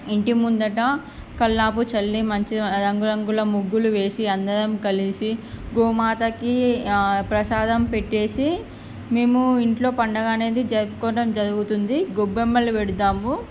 ఇంటి ముంగిట కల్లాపు చల్లి మంచిగా రంగు రంగుల ముగ్గులు వేసి అందరం కలిసి గోమాతకి ప్రసాదం పెట్టేసి మేము ఇంట్లో పండగ అనేది జరుపుకోవడం జరుగుతుంది గొబ్బెమ్మలు పెడుతాము